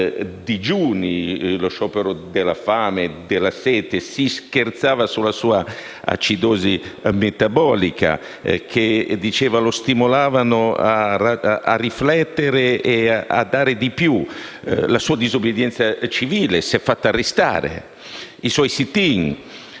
digiuni: lo sciopero della fame, quello della sete. Si scherzava sulla sua acidosi metabolica che - diceva - lo stimolava a riflettere e a dare di più; la sua disobbedienza civile (si è fatto arrestare), i suoi *sit-in*.